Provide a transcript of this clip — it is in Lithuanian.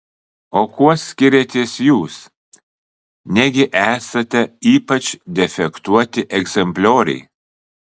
o kuo skiriatės jūs negi esate ypač defektuoti egzemplioriai